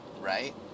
Right